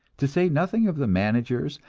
to say nothing of the managers,